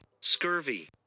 Scurvy